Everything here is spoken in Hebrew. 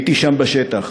הייתי שם בשטח,